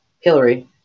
hillary